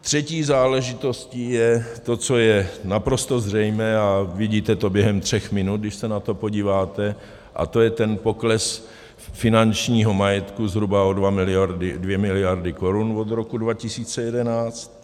Třetí záležitost je to, co je naprosto zřejmé, a vidíte to během tří minut, když se na to podíváte, a to je ten pokles finančního majetku zhruba o 2 miliardy korun od roku 2011.